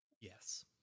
Yes